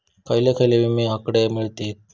खयले खयले विमे हकडे मिळतीत?